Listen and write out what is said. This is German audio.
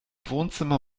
wohnzimmer